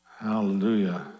Hallelujah